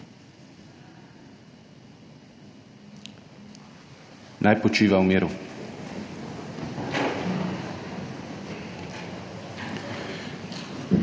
Naj počiva v miru!